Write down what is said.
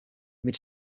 mit